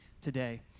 today